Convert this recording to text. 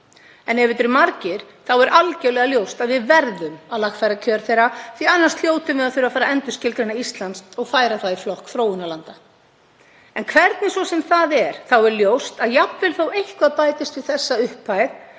En ef þeir eru margir, þá er algjörlega ljóst að við verðum að lagfæra kjör þeirra, því að annars hljótum við að þurfa að endurskilgreina Ísland og færa það í flokk þróunarlanda. Hvernig sem það nú er þá er ljóst að jafnvel þótt eitthvað bætist við þessa upphæð